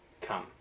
come